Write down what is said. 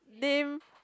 name